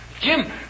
Jim